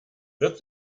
wird